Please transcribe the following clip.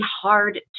hard